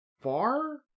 far